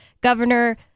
governor